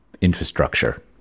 infrastructure